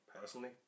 Personally